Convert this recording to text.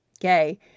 Okay